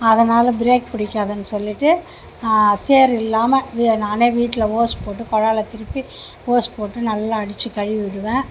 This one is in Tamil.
அதனால் பிரேக் பிடிக்காதுனு சொல்லிவிட்டு சேறு இல்லாமல் நானே வீட்டில் ஓஸு போட்டு கொழாயில் திருப்பி ஓஸ் போட்டு நல்லா அடித்து கழுவி விடுவேன்